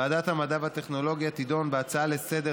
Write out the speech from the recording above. הצעת ועדת הכנסת בדבר